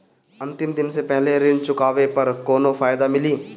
अंतिम दिन से पहले ऋण चुकाने पर कौनो फायदा मिली?